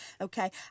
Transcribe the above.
okay